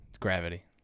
gravity